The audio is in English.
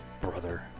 brother